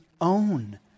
own